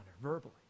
verbally